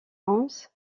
hans